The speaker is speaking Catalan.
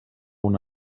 una